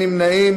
נמנעים.